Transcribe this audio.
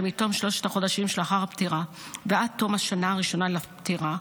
שמתום שלושת החודשים שלאחר הפטירה ועד תום השנה הראשונה לפטירה,